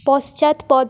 পশ্চাৎপদ